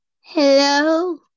Hello